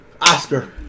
Oscar